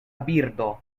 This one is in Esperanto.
birdo